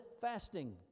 fasting